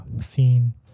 scene